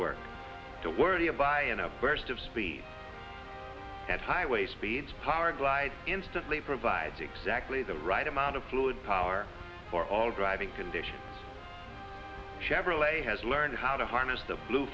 work to worry about buying a burst of speed at highway speeds powerglide instantly provides exactly the right amount of fluid power for all driving conditions chevrolet has learned how to harness the blue